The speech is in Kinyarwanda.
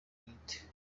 bwite